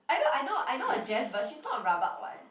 I know I know I know a Jess but she's not rabak [what]